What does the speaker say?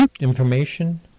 information